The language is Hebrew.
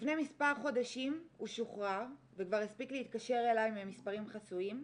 לפני מספר חודשים הוא שוחרר וכבר הספיק להתקשר אליי ממספרים חסויים,